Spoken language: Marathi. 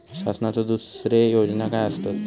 शासनाचो दुसरे योजना काय आसतत?